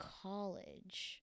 college